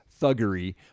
Thuggery